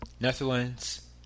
Netherlands